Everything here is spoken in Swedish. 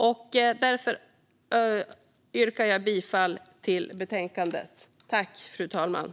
Jag yrkar därför bifall till utskottets förslag i betänkandet.